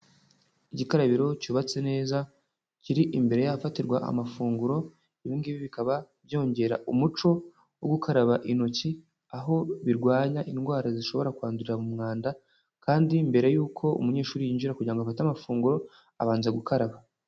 Igikarabiro cyubatse neza, kiri imbere y'ahafatirwa amafunguro, ibi ngibi bikaba byongera umuco wo gukaraba intoki, aho birwanya indwara zishobora kwandurira mu mwanda kandi mbere y'uko umunyeshuri yinjira kugira ngo afate amafunguro abanza gukaraba.